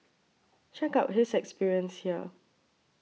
check out his experience here